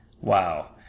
Wow